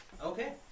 Okay